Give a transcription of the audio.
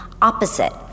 opposite